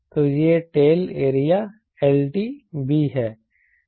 तो यह tail area lt भी है